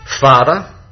Father